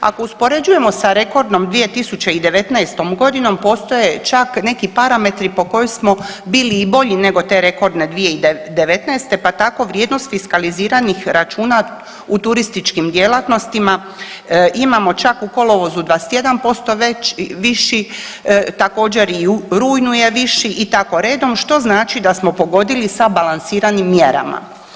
Ako uspoređujemo sa rekordnom 2019.g. postoje čak neki parametri po kojima smo bili i bolji nego te rekordne 2019., pa tako vrijednosti fiskaliziranih računa u turističkim djelatnostima imamo čak u kolovozu 21% viši, također i u rujnu je viši i tako redom, što znači da smo pogodili sa balansiranim mjerama.